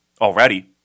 already